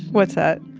what's that?